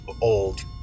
old